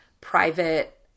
private